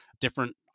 different